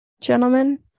gentlemen